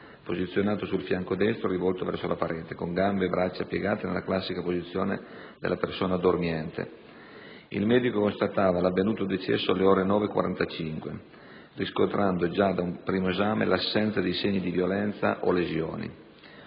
Il medico constatava l'avvenuto decesso alle ore 9,45, riscontrando già da un primo esame, l'assenza di segni di violenza o lesioni.